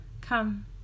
Come